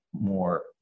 more